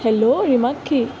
hello Rimakshi